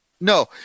No